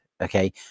okay